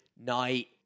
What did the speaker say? night